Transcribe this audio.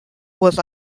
was